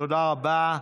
תודה רבה.